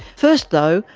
first though,